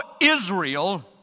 Israel